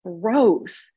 growth